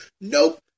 Nope